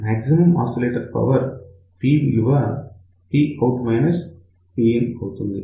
maximum oscillator power P విలువPout Pin అవుతుంది